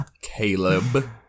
Caleb